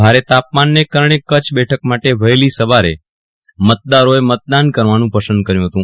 ભારે તાપમાનને કારણે કચ્છ બેઠક માટે વહેલી સવારે મતદારોચે મતદાન કરવાનું પસંદ કર્યુ હતું